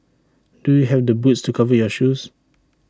do you have the boots to cover your shoes